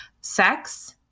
sex